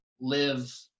live